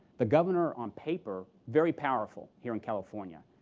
the governor, on paper, very powerful here in california.